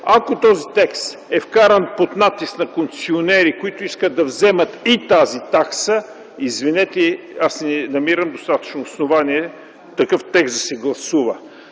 Ако този текст е вкаран под натиск на концесионери, които искат да вземат и тази такса, извинете, аз не намирам достатъчно основания такъв текст да се гласува.